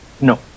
No